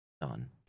done